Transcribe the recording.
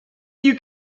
you